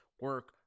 Work